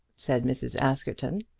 said mrs. askerton.